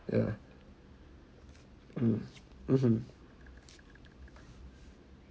ya mm mmhmm